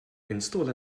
install